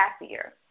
happier